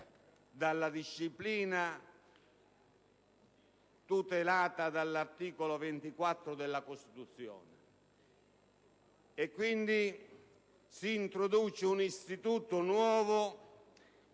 dalla disciplina tutelata dall'articolo 24 della Costituzione. Pertanto, si introduce un istituto nuovo